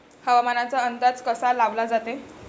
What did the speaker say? हवामानाचा अंदाज कसा लावला जाते?